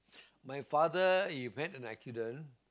my father he met with an accident